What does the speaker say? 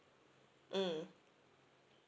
mm